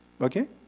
Okay